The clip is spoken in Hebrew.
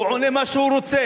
הוא עונה מה שהוא רוצה.